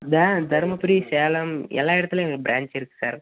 பிரா தர்மபுரி சேலம் எல்லா இடத்துலையும் எங்கள் பிரான்ச் இருக்கு சார்